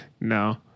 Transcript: No